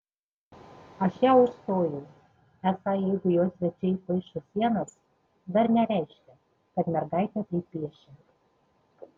aš ją užstojau esą jeigu jo svečiai paišo sienas dar nereiškia kad mergaitė taip piešia